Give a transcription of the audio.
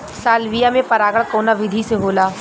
Salvia में परागण कउना विधि से होला?